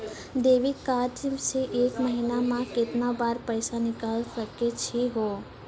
Debit card से एक महीना मा केतना बार पैसा निकल सकै छि हो?